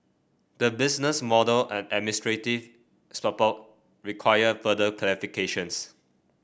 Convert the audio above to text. the business model and administrative support require further clarifications